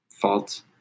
fault